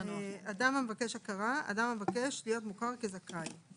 - אדם המבקש להיות מוכר כזכאי;